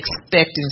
expecting